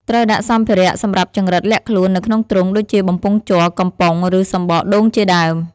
ត្រូវដាក់សម្ភារៈសម្រាប់ចង្រិតលាក់ខ្លួននៅក្នុងទ្រុង ដូចជា បំពង់ជ័រ កំប៉ុង ឬ សំបកដូងជាដើម។